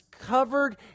covered